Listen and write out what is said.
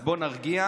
תגיד,